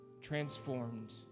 transformed